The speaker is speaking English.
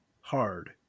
hard